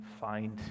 find